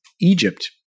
Egypt